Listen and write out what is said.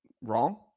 wrong